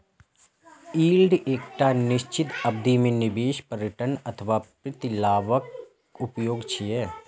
yield एकटा निश्चित अवधि मे निवेश पर रिटर्न अथवा प्रतिलाभक उपाय छियै